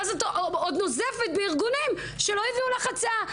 ואז את עוד נוזפת בארגונים שלא הביאו לך הצעה.